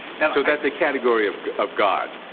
and so that's a category of of god?